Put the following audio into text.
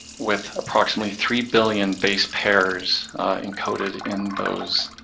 with approximately three billion base pairs encoded in those